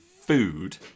food